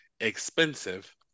expensive